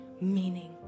meaning